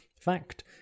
fact